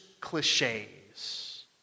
cliches